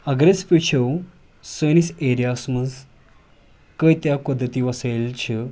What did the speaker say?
اگر أسۍ وٕچھو سٲنِس ایریاہَس منٛز کۭتیاہ قۄدرٔتی وَسٲیِل چھِ